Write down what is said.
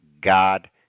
God